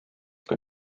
kui